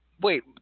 wait